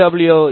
W